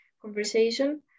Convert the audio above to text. conversation